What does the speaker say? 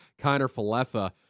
Kiner-Falefa